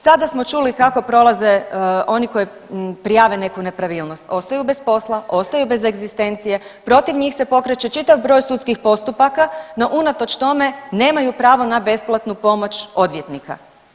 Sada smo čuli kako prolaze oni koji prijave neku nepravilnost, ostaju bez posla, ostaju bez egzistencije, protiv njih se pokreće čitav broj sudskih postupaka, no unatoč tome nemaju pravo na besplatnu pomoć odvjetnika.